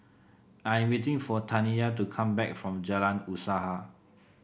I'm waiting for Taniyah to come back from Jalan Usaha